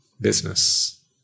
business